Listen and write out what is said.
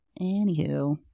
Anywho